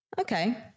Okay